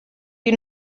die